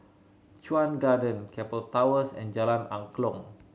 Chuan Garden Keppel Towers and Jalan Angklong